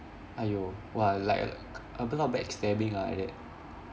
!aiyo! !wah! like a ultimate backstabbing ah like that